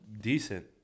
decent